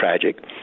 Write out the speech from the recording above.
tragic